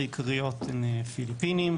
העיקריות הן: פיליפינים,